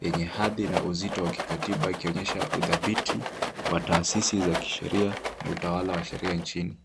yenye hadhi na uzito wa kikatiba yakionyesha udhabiti wa taasisi za kisheria na utawala wa sheria nchini.